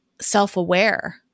self-aware